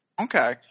Okay